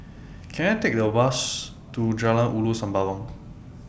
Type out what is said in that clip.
Can I Take A Bus to Jalan Ulu Sembawang